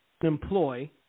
employ